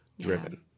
driven